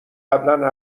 قبلا